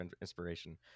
inspiration